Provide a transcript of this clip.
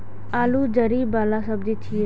आलू जड़ि बला सब्जी छियै